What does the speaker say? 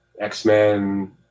X-Men